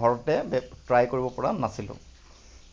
ঘৰতে bake try কৰিব পৰা নাছিলোঁ